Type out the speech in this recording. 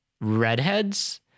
redheads